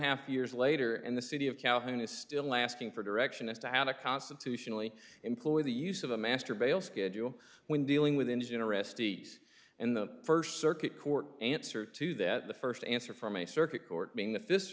half years later and the city of calhoun is still asking for direction as to how to constitutionally employ the use of a master bail schedule when dealing with engine arrestees and the first circuit court answer to that the first answer from a circuit court being the fis